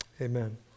amen